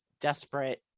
desperate